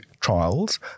trials